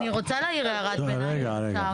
אני רוצה להעיר הערת ביניים, אם אפשר.